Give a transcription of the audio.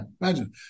Imagine